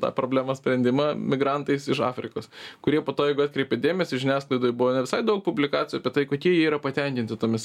tą problemos sprendimą migrantais iš afrikos kurie po to jeigu atkreipėt dėmesį žiniasklaidoj visai daug publikacijų apie tai kokie jie yra patenkinti tomis